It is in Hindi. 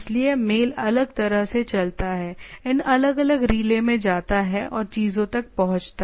इसलिए मेल अलग तरह से चलता है इन अलग अलग रिले में जाता है और चीजों तक पहुंचता है